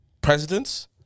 presidents